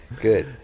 good